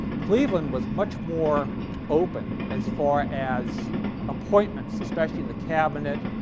cleveland was much more open as far as appointments, especially in the cabinet,